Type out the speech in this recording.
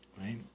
right